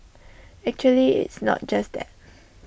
actually it's not just that